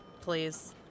please